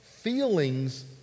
Feelings